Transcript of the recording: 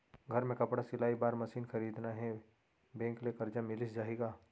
घर मे कपड़ा सिलाई बार मशीन खरीदना हे बैंक ले करजा मिलिस जाही का?